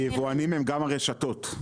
היבואנים הם גם הרשתות.